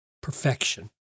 perfection